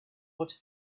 what